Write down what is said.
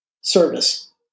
service